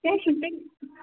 کیٚنٛہہ چھُنہٕ تیٚلہِ